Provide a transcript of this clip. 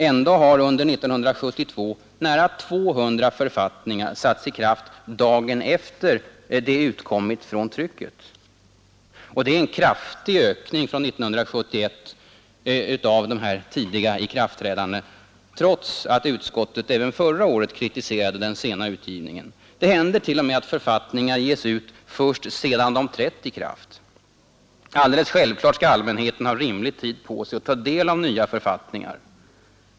Ändå har under 1972 nära 200 författningar satts i kraft dagen efter det att de utkommit från trycket. Det är en kraftig ökning från 1971 av de här tidiga ikraftträdandena trots att utskottet även förra året kritiserade den sena utgivningen. Det händer t.o.m. att författningar ges ut först sedan de trätt i kraft. Alldeles självklart skall allmänheten ha rimlig tid på sig att ta del av nya författningar.